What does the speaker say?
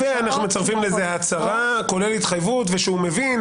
ואנו מצרפים לזה הצהרה כולל התחייבות ושהוא מבין.